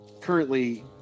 Currently